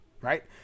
right